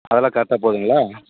அதெல்லாம் கரெட்டாக போகுதுங்களா